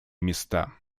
места